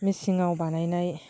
मेसिनाव बानायनाय